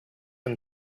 and